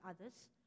others